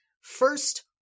First